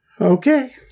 Okay